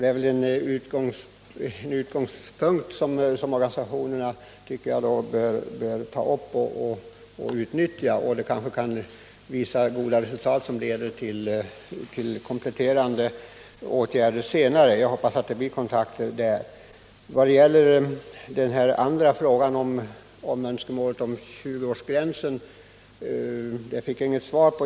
Det är väl en utgångspunkt som organisationerna bör utnyttja. Det kanske kan ge goda resultat som leder till kompletterande åtgärder senare. Jag hoppas det blir kontakter i det avseendet. Den andra frågan, rörande önskemålet om 20-årsgränsen, fick jag inget svar på.